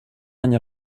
any